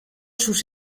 sus